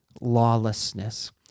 lawlessness